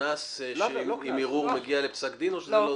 קנס שעם ערעור הוא מגיע לפסק דין או שזה לא --- לא,